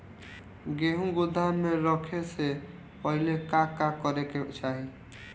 गेहु गोदाम मे रखे से पहिले का का करे के चाही?